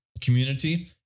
community